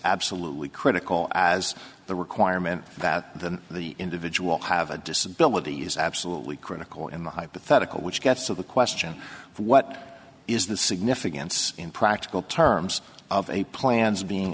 absolutely critical as the requirement that the the individual have a disability is absolutely critical in the hypothetical which gets to the question of what is the significance in practical terms of a plans being